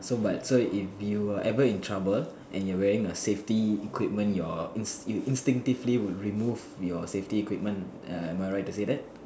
so but so if you were ever in trouble and you're wearing a safety equipment you're you instinctively would remove your safety equipment err am I right to say that